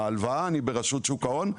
וההלוואה היא ברשות שוק ההון,